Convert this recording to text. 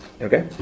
Okay